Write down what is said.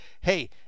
hey